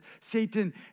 Satan